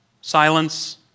silence